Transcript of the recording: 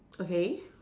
okay